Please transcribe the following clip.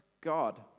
God